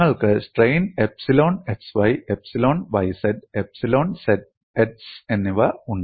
നിങ്ങൾക്ക് strain epsilon xy epsilon yz epsilon zx എന്നിവയുണ്ട്